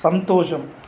సంతోషం